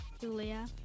Julia